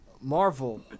Marvel